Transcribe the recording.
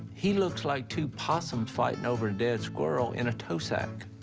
he looks like two possums fighting over a dead squirrel in a tow sack.